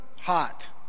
hot